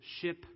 ship